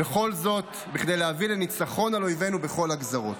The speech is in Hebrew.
וכל זאת כדי להביא לניצחון על אויבינו בכל הגזרות.